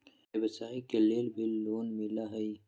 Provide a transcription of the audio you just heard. व्यवसाय के लेल भी लोन मिलहई?